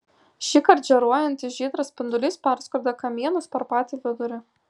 šįkart žėruojantis žydras spindulys perskrodė kamienus per patį vidurį